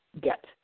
get